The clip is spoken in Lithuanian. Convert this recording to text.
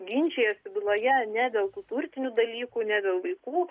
ginčijasi byloje ne dėl tų turtinių dalykų ne dėl vaikų